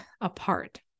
apart